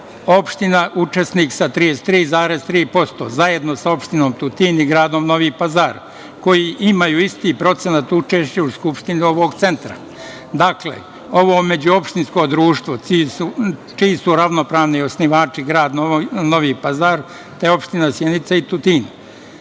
opština učesnik sa 33,3%, zajedno sa opštinom Tutin i gradom Novi Pazar, koji imaju isti procenat učešća u skupštini ovog centra, dakle, ovo međuopštinsko društvo čiji su ravnopravni osnivači grad Novi Pazar, te opština Sjenica i Tutin,